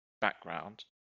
background